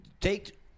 Take